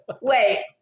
wait